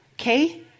Okay